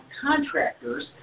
contractors